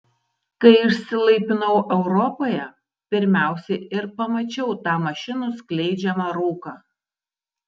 kai išsilaipinau europoje pirmiausia ir pamačiau tą mašinų skleidžiamą rūką